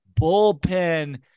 bullpen